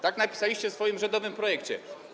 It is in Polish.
Tak napisaliście w swoim rządowym projekcie.